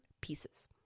pieces